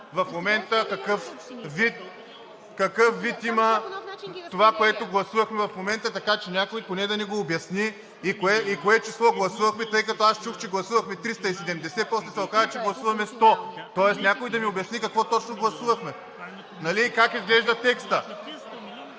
в момента какъв вид има това, което гласувахме в момента. Така че някой поне да ни го обясни и кое число гласувахме, тъй като аз чух, че гласувахме 370, после се оказа, че гласуваме 100. Тоест някой да ни обясни какво точно гласувахме? Как изглежда текстът?